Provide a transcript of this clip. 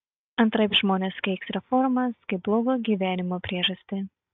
antraip žmonės keiks reformas kaip blogo gyvenimo priežastį